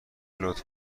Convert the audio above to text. لطف